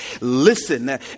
listen